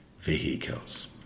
vehicles